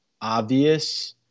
obvious